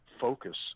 focus